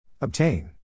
Obtain